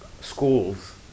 schools